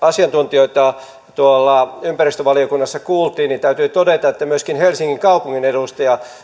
asiantuntijoita ympäristövaliokunnassa kuultiin niin täytyy todeta että myöskin helsingin kaupungin edustaja